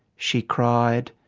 she cried,